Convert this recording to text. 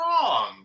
wrong